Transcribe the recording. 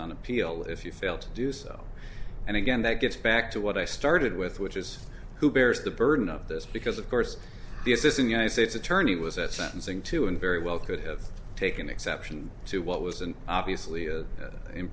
on appeal if you fail to do so and again that gets back to what i started with which is who bears the burden of this because of course the assistant united states attorney was at sentencing too and very well could have taken exception to what was an obviously is i